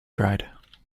cried